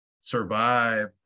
survive